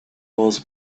was